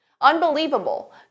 Unbelievable